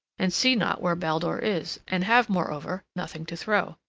and see not where baldur is, and have, moreover, nothing to throw.